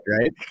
right